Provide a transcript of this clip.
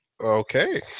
Okay